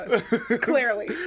Clearly